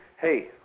hey